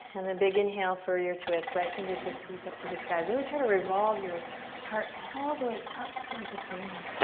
and then big inhale for your twist. right fingertips reach up towards the sky. really try to revolve your heart all the way up towards the ceiling.